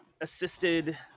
assisted